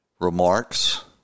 remarks